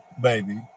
baby